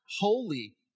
holy